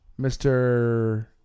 Mr